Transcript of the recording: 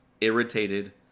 irritated